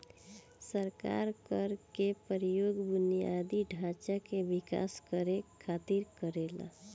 सरकार कर के प्रयोग बुनियादी ढांचा के विकास करे खातिर करेला